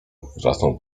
wrzasnął